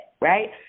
right